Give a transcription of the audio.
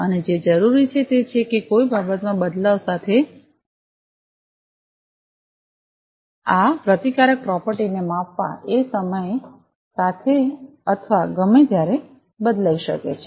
અને જે જરૂરી છે તે છે કે કોઈ બાબતમાં બદલાવ સાથે આ પ્રતિકારક પ્રોપર્ટી ને માપવા એ સમય સાથે અથવા ગમે ત્યારે બદલાઇ શકે છે